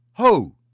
ho?